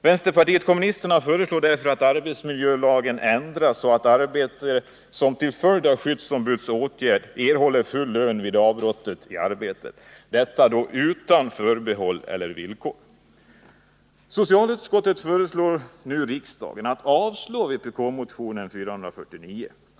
Vänsterpartiet kommunisterna föreslår därför att arbetsmiljölagen ändras så att arbetare som till följd av skyddsombuds åtgärd avbrutits i sitt arbete erhåller full lön — detta då utan förbehåll eller villkor. Socialutskottet föreslår nu riksdagen att avslå vpk-motionen 499.